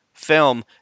film